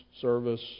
service